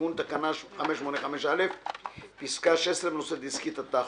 תיקון תקנה 585א פסקה (16) בנושא דסקית הטכוגרף.